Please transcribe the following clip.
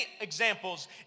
examples